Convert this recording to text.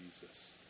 Jesus